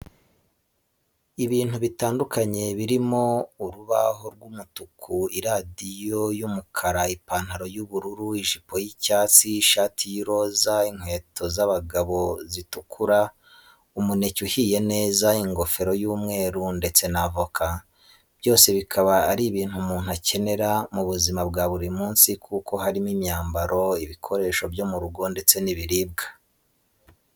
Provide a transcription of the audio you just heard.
Ibintu bitandukanye birimo ururabo rw'umutuku, iradiyo y'umukara, ipantaro y'ubururu, ijipo y'icyatsi, isahani y'iroza, inkweto z'abagabo zitukura, umuneke uhiye neza, ingofero y'umweru ndetse n'avoka. byose bikaba ari ibintu umuntu akenera mu buzima bwa buri munsi kuko harimo imyambaro, ibikoresho byo mu rugo ndetse n'ibiribwa.